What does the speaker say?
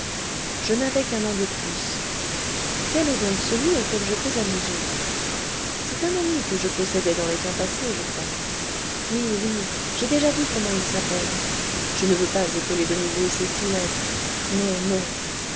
je n'avais qu'un an de plus quel est donc celui auquel je fais allusion c'est un ami que je possédais dans les temps passés je crois oui oui j'ai déjà dit comment il s'appelle je ne veux pas épeler de nouveau ces six lettres non non